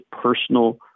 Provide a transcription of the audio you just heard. personal